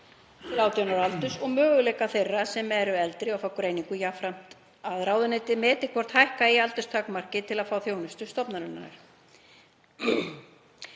ára aldurs og möguleika þeirra sem eru eldri til að fá greiningu, jafnframt að ráðuneytið meti hvort hækka eigi aldurstakmark til að fá þjónustu stofnunarinnar.